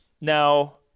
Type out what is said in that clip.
Now